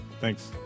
Thanks